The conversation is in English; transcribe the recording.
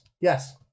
Yes